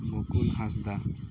ᱢᱩᱠᱩᱞ ᱦᱟᱸᱥᱫᱟᱜ